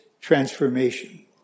transformation